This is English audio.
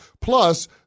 Plus